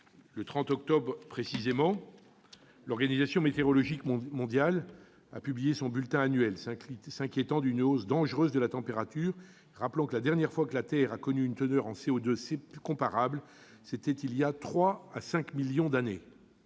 Le 30 octobre dernier, l'Organisation météorologique mondiale a publié son bulletin annuel, s'inquiétant d'une hausse dangereuse de la température et rappelant que, « la dernière fois que la Terre a connu une teneur en CO2 comparable, c'était il y a trois à cinq millions d'années